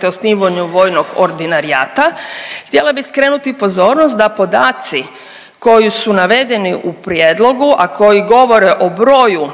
te osnivanju vojnog Ordinarijata, htjela bi skrenuti pozornost da podaci koji su navedeni u prijedlogu, a koji govore o broju,